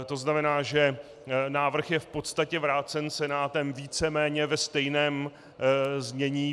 To znamená, že návrh je v podstatě vrácen Senátem víceméně ve stejném znění.